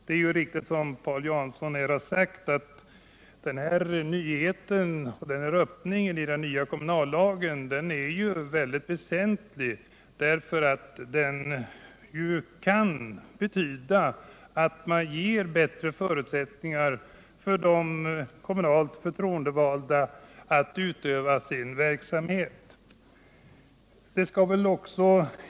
Det är riktigt som Paul Jansson sade att denna öppning i den nya kommunallagen är väsentlig, eftersom den betyder att man ger de kommunalt förtroendevalda bättre förutsättningar för att utöva sin verksamhet.